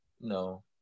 no